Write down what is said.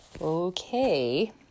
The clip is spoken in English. Okay